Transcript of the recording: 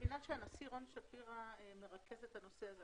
מבינה שהנשיא רון שפירא מרכז את הנושא הזה,